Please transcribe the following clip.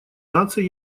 наций